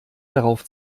darauf